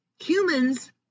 Humans